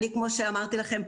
כי כמו שאמרתי לכם,